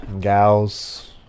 gals